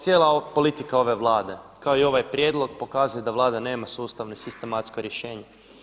Cijela politika ove Vlade kao i ovaj prijedlog pokazuje da Vlada nema sustavno sistematsko rješenje.